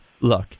look